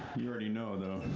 you already know, though.